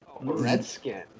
Redskin